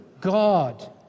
God